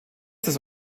des